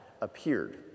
appeared